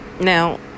Now